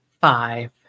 five